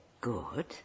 good